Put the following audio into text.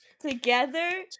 Together